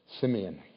Simeon